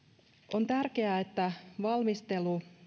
on tärkeää että valmistelu